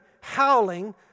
howling